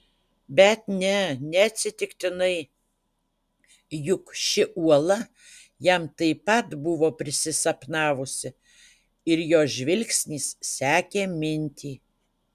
bet ne neatsitiktinai juk ši uola jam taip pat buvo prisisapnavusi ir jo žvilgsnis sekė mintį